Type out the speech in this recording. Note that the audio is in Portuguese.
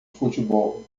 futebol